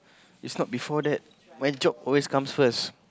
is not before that my job always comes first